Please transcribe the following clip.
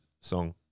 song